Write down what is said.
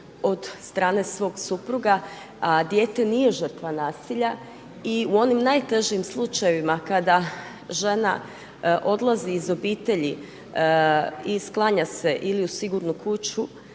od strane svog supruga a dijete nije žrtva nasilja i u onim najtežim slučajevima kada žena odlazi iz obitelji i sklanja se ili u sigurnu kuću